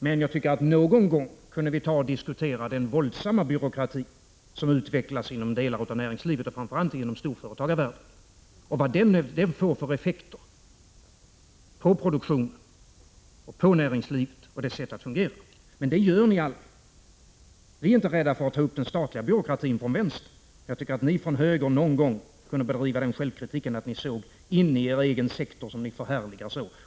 Men någon gång kunde vi också diskutera den våldsamma byråkrati som utvecklas inom delar av näringslivet, framför allt inom storföretagarvärlden, och vad den får för effekter på produktionen och på näringslivets sätt att fungera. Det gör ni aldrig. Vi är inte rädda för att ta upp den statliga byråkratin från vänster. Jag tycker att ni från höger någon gång kunde bedriva den självkritiken att ni litet kritiskt såg in i er egen sektor, som ni hyllar så.